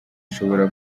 ushobora